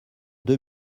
deux